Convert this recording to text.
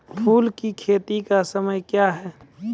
फुल की खेती का समय क्या हैं?